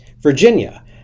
Virginia